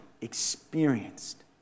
experienced